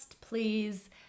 please